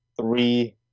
three